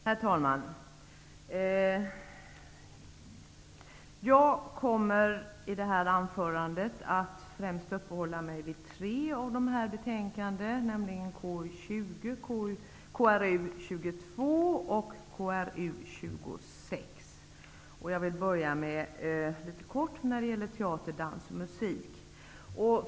Herr talman! Jag kommer i detta anförande att främst uppehålla mig vid tre av dessa betänkanden, nämligen KrU20, KrU22 och KrU26. Jag skall litet kortfattat börja med att tala om teater, dans och musik.